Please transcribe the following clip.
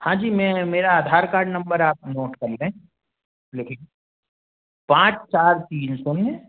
हाँ जी मैं मेरा आधार कार्ड नंबर आप नोट कर लें लिखें पाँच चार तीन शून्य